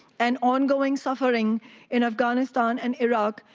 and ongoing suffering in afghanistan and iraq,